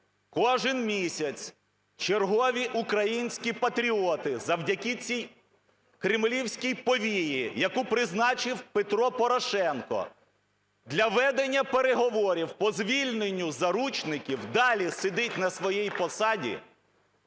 кожен місяць, чергові українські патріоти завдяки цій "кремлівській повії", яку призначив Петро Порошенко для ведення переговорів по звільненню заручників, далі сидить на своїй посаді,